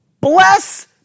Bless